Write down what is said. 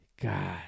God